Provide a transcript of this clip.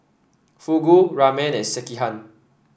Fugu Ramen and Sekihan